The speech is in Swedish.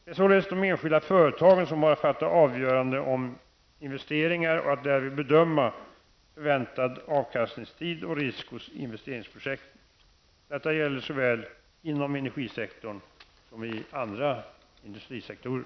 Det är således de enskilda företagen som har att fatta avgöranden om investeringar och att därvid bedöma förväntad avkastningstid och risk hos investeringsprojekten. Detta gäller såväl inom energisektorn som i andra industrisektorer.